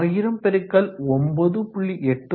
1000 x 9